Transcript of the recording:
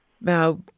Now